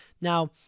Now